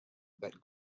that